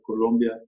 Colombia